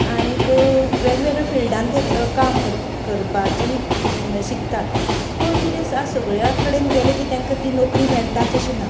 आनीक वेगवेगळे फिल्डांत ते काम करपाचे शिकतात पूण कितें आसा सगळ्या कडेन गेले की तेंकां ती नोकरी मेळटाच अशें ना